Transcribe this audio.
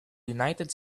united